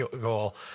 goal